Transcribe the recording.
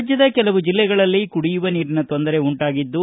ರಾಜ್ಯದ ಕೆಲವು ಜಿಲ್ಲೆಗಳಲ್ಲಿ ಕುಡಿಯುವ ನೀರಿನ ತೊಂದರೆ ಉಂಟಾಗಿದ್ದು